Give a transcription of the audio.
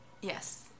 Yes